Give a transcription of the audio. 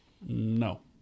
No